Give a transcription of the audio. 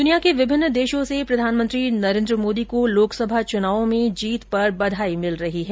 दुनिया के विभिन्न देशों से प्रधानमंत्री नरेन्द्र मोदी को लोकसभा चुनावों में जीत पर बधाई मिली है